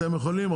אתם יכולים,